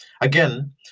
Again